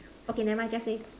okay never mind just say